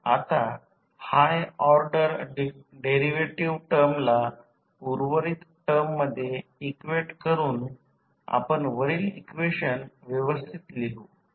आता high order derivative टर्मला उर्वरित टर्ममध्ये इक्वेट करुन आपण वरील इक्वेशन व्यवस्थित लिहू